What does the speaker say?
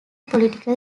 political